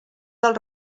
del